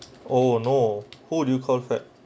oh no who do you call that